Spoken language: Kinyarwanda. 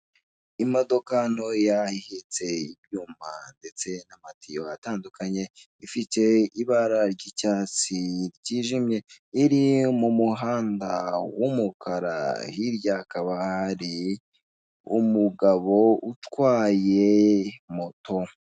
Imodoka ntoya ihetse ibyuma ndetse n'amatiyo atandukanye, ifite ibara ry'icyatsi ryijimye iri mu muhanda w'umukara hirya hakaba hari umugabo utwaye moto.